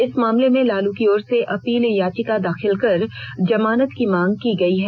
इस मामले में लालू की ओर से अपील याचिका दाखिल कर जमानत की मांग की गई है